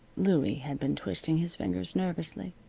louie had been twisting his fingers nervously.